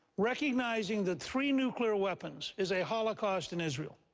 recognizing that three nuclear weapons is a holocaust in israel,